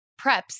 preps